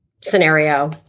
scenario